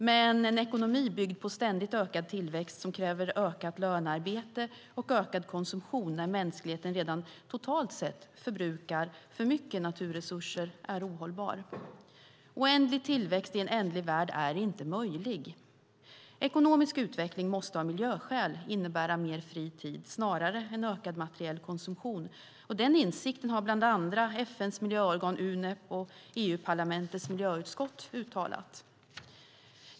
Men en ekonomi byggd på ständigt ökad tillväxt, som kräver ökat lönearbete och ökad konsumtion när mänskligheten redan totalt sett förbrukar för mycket naturresurser är ohållbar. Oändlig tillväxt i en ändlig värld är inte möjlig. Ekonomisk utveckling måste av miljöskäl innebära mer fri tid snarare än ökad materiell konsumtion. Den insikten har bland andra FN:s miljöorgan Unep och EU-parlamentets miljöutskott uttalat.